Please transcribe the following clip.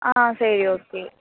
ஆ சரி ஓகே